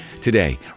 Today